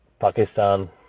Pakistan